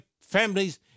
families